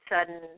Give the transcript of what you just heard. sudden